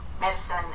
medicine